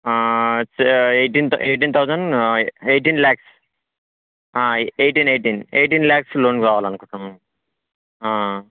thou eighteen thou eighteen thousand eighteen lakhs eighteen eighteen eight lakhs loans కావాలనుకుంటున్నాము